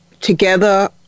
together